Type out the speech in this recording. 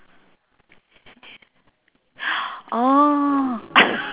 orh